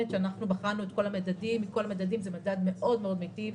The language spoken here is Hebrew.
כשבחנו את כל המדדים, זה מדד מאוד מאוד מיטיב.